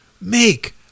make